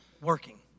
working